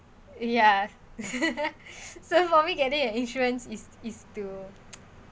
ya so for me getting an insurance is is to